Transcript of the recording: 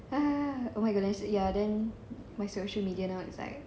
oh my goodness ya and then my social media now is like